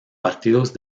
partidos